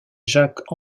jack